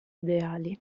ideali